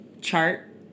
chart